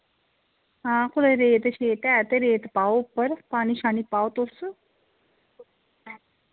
हां कुतै रेत शेत है ते रेत पाओ उप्पर पानी शानी पाओ तुस